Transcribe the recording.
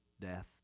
death